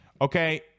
Okay